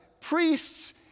Priests